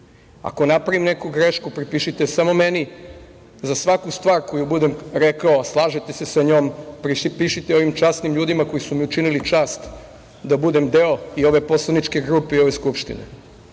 Ako napravim neku grešku, prepišite je samo meni za svaku stvar koju budem rekao, slažete se sa njom, pripišite ovim časnim ljudima koji su mi učinili čast da budem deo i ove poslaničke grupe i ove Skupštine. Ja